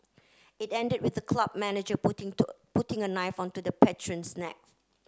it ended with the club manager putting to putting a knife onto the patron's neck